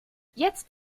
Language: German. jetzt